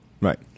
Right